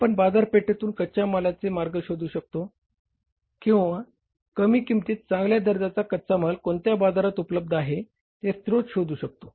आपण बाजारपेठेतून कच्च्या मालाचा मार्ग शोधू शकतो किंवा कमी किंमतीत चांगल्या दर्जाचा कच्चा माल कोणत्या बाजारात उपलब्ध आहे ते स्रोत शोधू शकतो